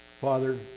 Father